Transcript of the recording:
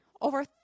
over